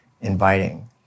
inviting